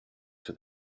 for